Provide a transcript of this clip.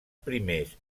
primers